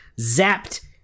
zapped